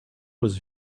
was